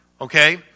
Okay